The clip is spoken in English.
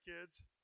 kids